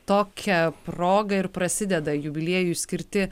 tokia proga ir prasideda jubiliejui skirti